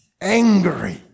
angry